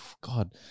god